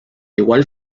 igual